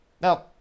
Now